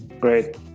Great